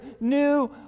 New